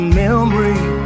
memory